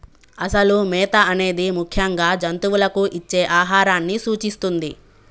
అసలు మేత అనేది ముఖ్యంగా జంతువులకు ఇచ్చే ఆహారాన్ని సూచిస్తుంది